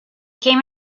came